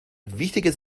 wichtiges